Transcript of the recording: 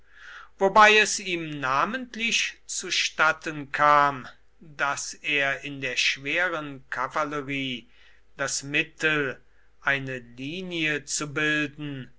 wobei es ihm namentlich zustatten kam daß er in der schweren kavallerie das mittel eine linie zu bilden